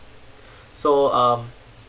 so um